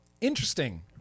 interesting